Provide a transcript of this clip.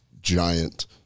giant